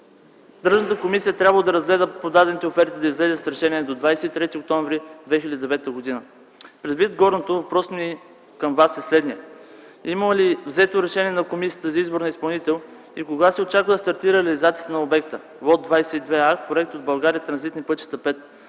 Тръжната комисия е трябвало да разгледа подадените оферти и да излезе с решение до 23 октомври 2009 г. Предвид горното, въпросът ми към Вас е следният: има ли взето решение на комисията за избор на изпълнител и кога се очаква да стартира реализацията на обекта – ЛОТ 22а, проект от „България – Транзитни пътища